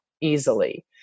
easily